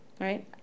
Right